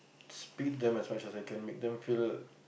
spit them as much as I can make them feel